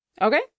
Okay